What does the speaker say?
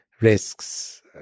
risks